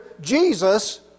Jesus